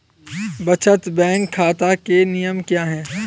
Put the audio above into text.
बचत बैंक खाता के नियम क्या हैं?